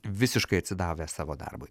visiškai atsidavę savo darbui